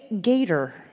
Gator